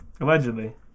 Allegedly